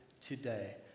today